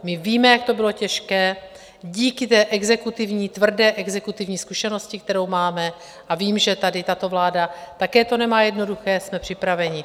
My víme, jak to bylo těžké díky té exekutivní, tvrdé exekutivní zkušenosti, kterou máme, a vím, že tady tato vláda to také nemá jednoduché, jsme připraveni.